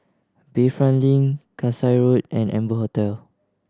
Bayfront Link Kasai Road and Amber Hotel